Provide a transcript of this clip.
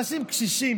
אנשים קשישים,